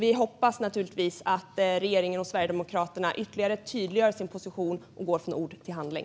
Vi hoppas naturligtvis att regeringen och Sverigedemokraterna ytterligare tydliggör sin position och går från ord till handling.